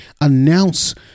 announce